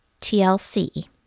TLC